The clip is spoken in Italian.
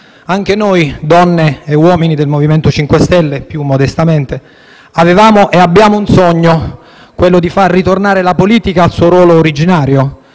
Anche noi, donne e uomini del MoVimento 5 Stelle, più modestamente avevamo e abbiamo un sogno, quello di far ritornare la politica al suo ruolo originario,